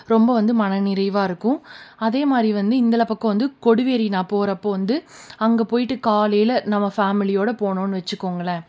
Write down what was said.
ரொம்ப வந்து மன நிறைவாக இருக்கும் அதேமாதிரி வந்து இந்தப் பக்கம் வந்து கொடிவேரி நான் போகிறப்ப வந்து அங்கே போய்விட்டு காலையில் நம்ம ஃபேமிலியோடு போனோன்னு வச்சுக்கோங்களேன்